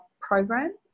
program